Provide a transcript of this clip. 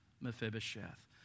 Mephibosheth